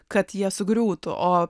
kad jie sugriūtų o